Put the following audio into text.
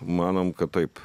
manom kad taip